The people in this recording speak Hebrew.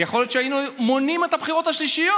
יכול להיות שהיינו מונעים את הבחירות השלישיות,